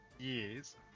Years